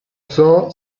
zoo